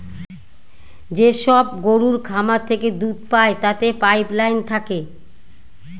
যেসব গরুর খামার থেকে দুধ পায় তাতে পাইপ লাইন থাকে